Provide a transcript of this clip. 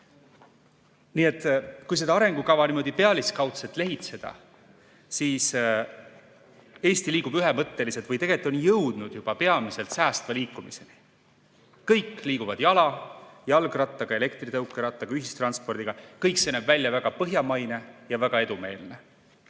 Nii et kui seda arengukava niimoodi pealiskaudselt lehitseda, siis Eesti liigub ühemõtteliselt või tegelikult juba ongi jõudnud peamiselt säästva liikumiseni. Kõik liiguvad jala, jalgrattaga, elektritõukerattaga, ühistranspordiga, kõik näeb välja väga põhjamaine ja edumeelne.